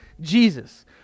Jesus